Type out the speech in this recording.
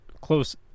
close